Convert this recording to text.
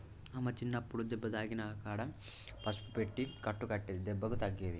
అమ్మ చిన్నప్పుడు దెబ్బ తాకిన కాడ పసుపు పెట్టి కట్టు కట్టేది దెబ్బకు తగ్గేది